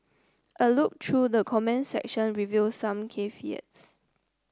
a look through the comments section revealed some caveat its